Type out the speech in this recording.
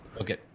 Okay